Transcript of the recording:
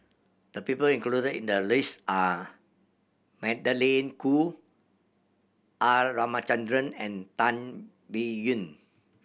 the people included in the list are Magdalene Khoo R Ramachandran and Tan Biyun